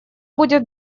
будет